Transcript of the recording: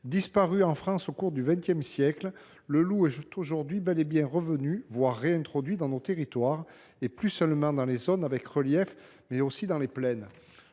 Disparu en France au cours du XX siècle, le loup est aujourd’hui bel et bien revenu – ou a été réintroduit – dans nos territoires, plus seulement dans les zones avec relief, mais aussi en plaine.